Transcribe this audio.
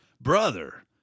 Brother